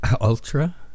Ultra